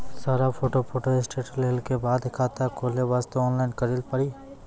सारा photo photostat लेल के बाद खाता खोले वास्ते ऑनलाइन करिल पड़ी?